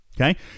Okay